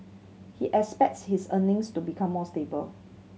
he expects his earnings to become more stable